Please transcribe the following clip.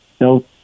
no